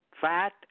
fat